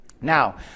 Now